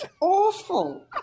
Awful